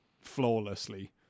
flawlessly